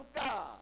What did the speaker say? God